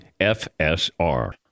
FSR